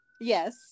Yes